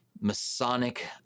Masonic